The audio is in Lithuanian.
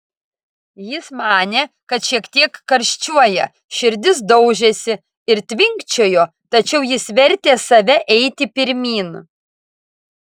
jis manė kad šiek tiek karščiuoja širdis daužėsi ir tvinkčiojo tačiau jis vertė save eiti pirmyn